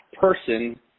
person